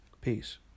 Peace